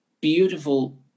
beautiful